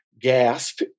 gasp